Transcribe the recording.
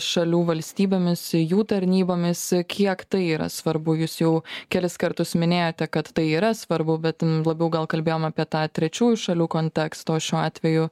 šalių valstybėmis jų tarnybomis kiek tai yra svarbu jūs jau kelis kartus minėjote kad tai yra svarbu bet labiau gal kalbėjom apie tą trečiųjų šalių kontekstą o šiuo atveju